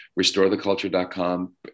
restoretheculture.com